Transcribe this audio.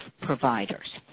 providers